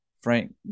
Frank